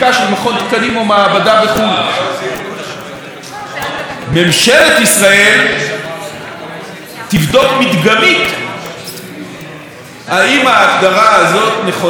ממשלת ישראל תבדוק מדגמית אם ההגדרה הזאת של המכשירים נכונה ולא מזויפת,